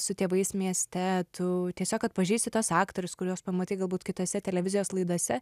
su tėvais mieste tu tiesiog atpažįsti tuos aktorius kuriuos pamatai galbūt kitose televizijos laidose